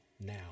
now